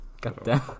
Goddamn